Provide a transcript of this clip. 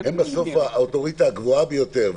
האוטוריטה הגבוהה ביותר.